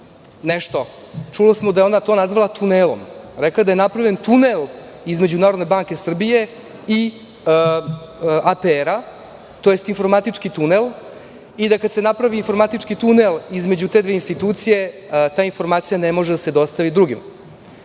reče predsednica Odbora, politički? Ona je rekla da je napravljen tunel između Narodne banke Srbije i APR, tj. informatički tunel i da kad se napravi informatički tunel između te dve institucije, ta informacija ne može da se dostavi drugima.